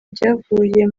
byavuye